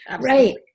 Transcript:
Right